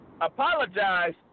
Apologize